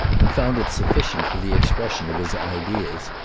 and found it sufficient for the expression of his ideas.